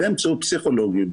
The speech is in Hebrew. באמצעות פסיכולוגים,